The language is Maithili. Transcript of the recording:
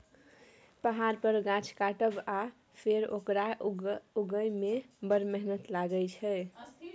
पहाड़ पर गाछ काटब आ फेर ओकरा उगहय मे बड़ मेहनत लागय छै